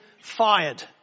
fired